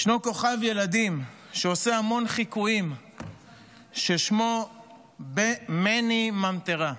ישנו כוכב ילדים שעושה המון חיקויים ששמו מני ממטרה.